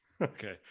Okay